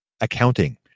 accounting